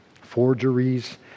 Forgeries